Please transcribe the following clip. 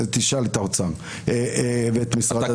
תשאל את האוצר ואת משרד הדתות.